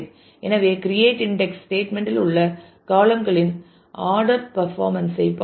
எனவே create index statement இல் உள்ள காளம் களின் ஆர்டர் பர்ஃபாமென்ஸ் ஐ பாதிக்கும்